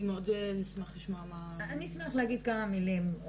אני מאוד אשמח להגיד כמה מילים.